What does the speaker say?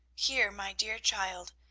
here, my dear child,